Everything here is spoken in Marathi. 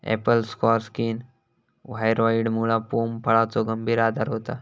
ॲपल स्कार स्किन व्हायरॉइडमुळा पोम फळाचो गंभीर आजार होता